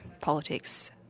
politics